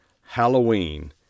halloween